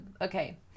okay